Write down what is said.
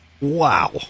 wow